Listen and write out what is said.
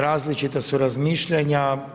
Različita su razmišljanja.